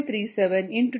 303 ஐ 5